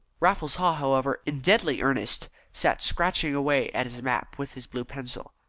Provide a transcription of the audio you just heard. raffles haw, however, in deadly earnest, sat scratching away at his map with his blue pencil.